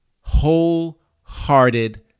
wholehearted